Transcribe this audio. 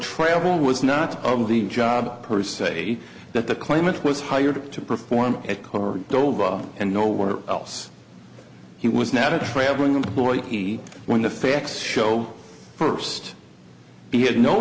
travel was not of the job per se that the claimant was hired to perform at car gold and nowhere else he was not a traveling employee he when the facts show first he had no